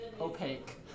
opaque